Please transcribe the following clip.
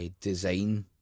design